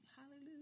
Hallelujah